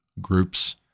Groups